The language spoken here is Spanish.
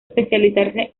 especializarse